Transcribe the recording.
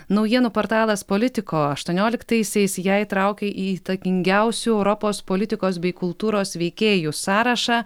naujienų portalas politico aštuonioliktaisiais ją įtraukė į įtakingiausių europos politikos bei kultūros veikėjų sąrašą